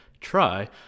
try